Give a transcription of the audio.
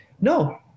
No